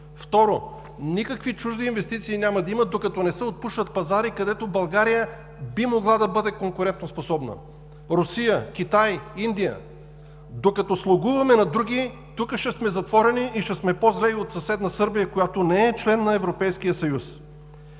Второ, никакви чуждестранни инвестиции няма да има, докато не се отпушват пазари, където България би могла да бъде конкурентоспособна – Русия, Китай, Индия. Докато слугуваме на други, тук ще сме затворени и ще сме по-зле и от съседна Сърбия, която не е член на Европейския съюз.